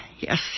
Yes